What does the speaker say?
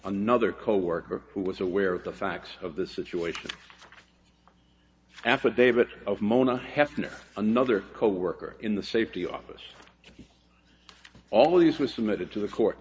another coworker who was aware of the facts of the situation affidavit of mona hefner another coworker in the safety office all these were submitted to the court